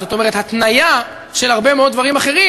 זאת אומרת התניה של הרבה מאוד דברים אחרים